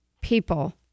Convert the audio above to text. people